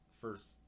first